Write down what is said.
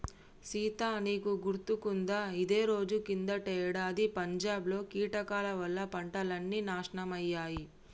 సీత నీకు గుర్తుకుందా ఇదే రోజు కిందటేడాది పంజాబ్ లో కీటకాల వల్ల పంటలన్నీ నాశనమయ్యాయి